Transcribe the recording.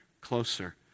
closer